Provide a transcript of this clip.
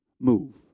move